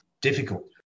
difficult